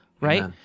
right